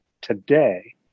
today